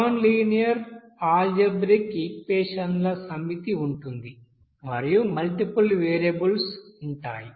non linear algebraic equation ల సమితి ఉంటుంది మరియు మల్టిపుల్ వేరియబుల్స్ ఉంటాయి